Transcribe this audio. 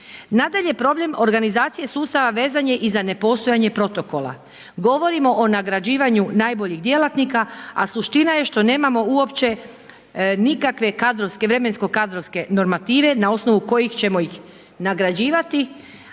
Nadalje, problem organizacije sustava vezan je i za nepostojanje protokola. Govorimo o nagrađivanju najboljih djelatnika, a suština je što nemamo uopće nikakve vremensko-kadrovske normative na osnovu kojih ćemo ih nagrađivati,